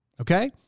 Okay